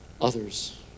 Others